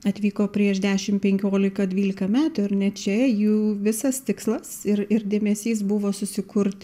atvyko prieš dešim penkiolika dvylika metų ar ne čia jų visas tikslas ir ir dėmesys buvo susikurt